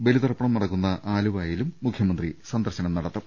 ബലിതർപ്പണം നടക്കു ന്ന ആലുവയിലും മുഖ്യമന്ത്രി സന്ദർശനം നടത്തും